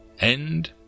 End